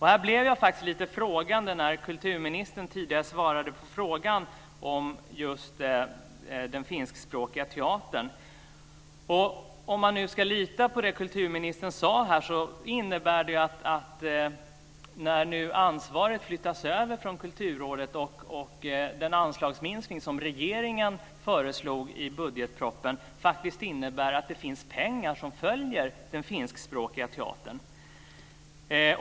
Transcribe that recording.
Här blev jag lite frågande när kulturministern tidigare svarade på frågan om just den finskspråkiga teatern. Om man nu ska lita på det kulturministern sade - regeringen föreslog anslagsminskning i budgetpropositionen - innebär det att det finns pengar som följer den finskspråkiga teatern när nu ansvaret flyttas över till Kulturrådet.